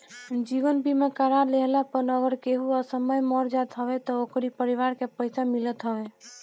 जीवन बीमा करा लेहला पअ अगर केहू असमय मर जात हवे तअ ओकरी परिवार के पइसा मिलत हवे